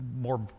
more